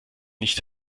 nicht